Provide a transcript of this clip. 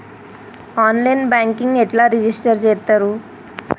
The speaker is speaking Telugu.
ఆన్ లైన్ బ్యాంకింగ్ ఎట్లా రిజిష్టర్ చేత్తరు?